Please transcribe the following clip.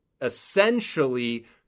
essentially